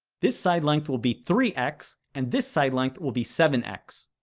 this side length will be three x and this side length will be seven x.